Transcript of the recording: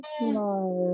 no